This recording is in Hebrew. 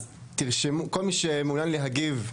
כל מי שרוצה להגיב,